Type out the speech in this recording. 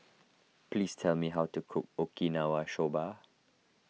please tell me how to cook Okinawa Soba